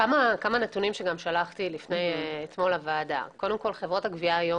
כמה נתונים ששלחתי אתמול לחברי הוועדה: חברות הגבייה היום